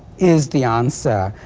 is the answer,